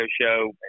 show